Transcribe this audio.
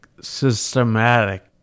systematic